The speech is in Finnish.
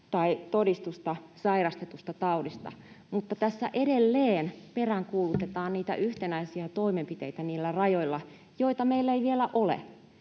tai todistusta sairastetusta taudista. Mutta tässä edelleen peräänkuulutetaan rajoilla niitä yhtenäisiä toimenpiteitä, joita meillä ei vielä ole.